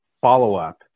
follow-up